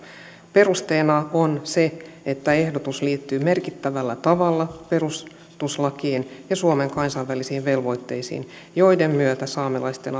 perusteena on se että ehdotus liittyy merkittävällä tavalla perustuslakiin ja suomen kansainvälisiin velvoitteisiin joiden myötä saamelaisten